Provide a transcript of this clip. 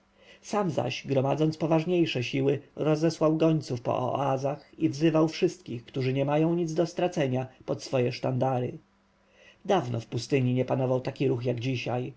zaś gromadząc poważniejsze siły rozesłał gońców po oazach i wzywał wszystkich którzy nie mają nic do stracenia pod swoje sztandary dawno w pustyni nie panował taki ruch jak dzisiaj